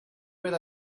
where